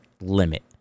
limit